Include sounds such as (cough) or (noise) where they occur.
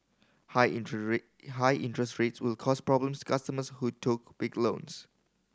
high (unintelligible) high interest rates will cause problems customers who took big loans